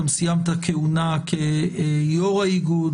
גם סיימת כהונה כיו"ר האיגוד,